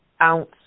ounce